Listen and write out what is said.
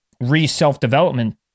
re-self-development